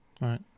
right